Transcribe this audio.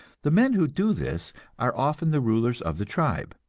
the men who do this are often the rulers of the tribe,